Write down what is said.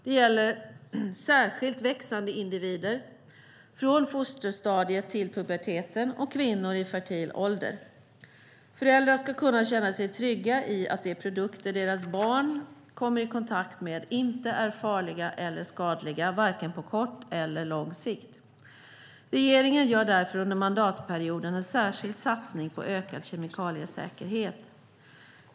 Det gäller särskilt växande individer, från fosterstadiet till puberteten, och kvinnor i fertil ålder. Föräldrar ska kunna känna sig trygga i att de produkter som deras barn kommer i kontakt med inte är farliga eller skadliga, varken på kort eller på lång sikt. Regeringen gör därför under mandatperioden en särskild satsning på ökad kemikaliesäkerhet.